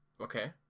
okay